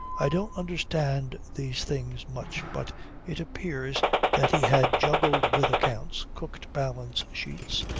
i don't understand these things much, but it appears that he had juggled with accounts, cooked balance sheets,